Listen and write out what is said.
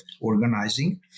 organizing